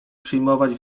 przyjmować